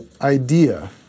idea